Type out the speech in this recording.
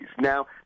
Now